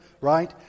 right